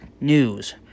news